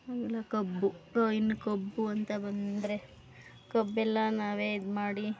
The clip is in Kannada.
ಎಲ್ಲ ಕಬ್ಬು ಕ ಇನ್ನು ಕಬ್ಬು ಅಂತ ಬಂದರೆ ಕಬ್ಬೆಲ್ಲ ನಾವೇ ಇದ್ಮಾಡಿ